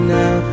now